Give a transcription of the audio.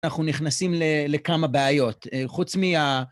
אנחנו נכנסים לכמה בעיות, חוץ מה...